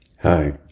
Hi